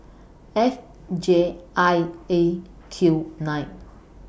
F J I A Q nine